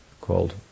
called